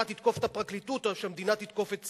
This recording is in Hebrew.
תתקוף את הפרקליטות או שהמדינה תתקוף את צה"ל,